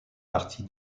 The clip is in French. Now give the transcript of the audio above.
partie